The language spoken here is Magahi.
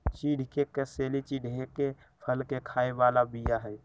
चिढ़ के कसेली चिढ़के फल के खाय बला बीया हई